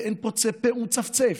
ואין פוצה פה ומצפצף.